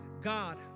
God